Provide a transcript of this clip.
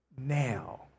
now